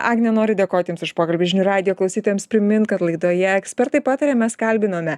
agne noriu dėkot jums už pokalbį žinių radijo klausytojams primint kad laidoje ekspertai pataria mes kalbinome